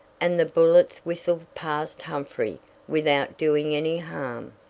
and the bullets whistled past humphrey without doing any harm.